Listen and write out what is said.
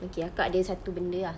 okay akak ada satu benda ah